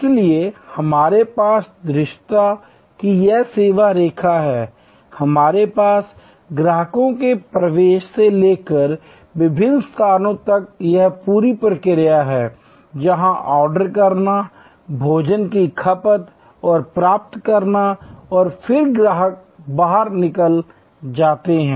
इसलिए हमारे पास दृश्यता की यह रेखा है हमारे पास ग्राहकों के प्रवेश से लेकर विभिन्न स्थानों तक यह पूरी प्रक्रिया है जहां ऑर्डर करना भोजन की खपत और प्राप्त करना और फिर ग्राहक बाहर निकल जाते हैं